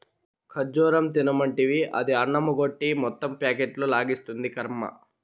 ఖజ్జూరం తినమంటివి, అది అన్నమెగ్గొట్టి మొత్తం ప్యాకెట్లు లాగిస్తాంది, కర్మ